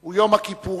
הוא יום הכיפורים